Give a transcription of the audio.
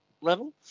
level